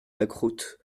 lacroute